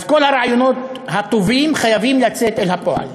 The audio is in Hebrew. אז כל הרעיונות הטובים חייבים לצאת אל הפועל.